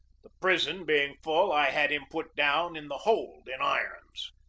the prison being full, i had him put down in the hold in irons.